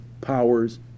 powers